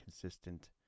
consistent